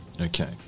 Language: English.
Okay